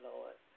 Lord